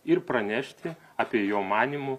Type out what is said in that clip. ir pranešti apie jo manymu